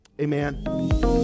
Amen